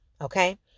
okay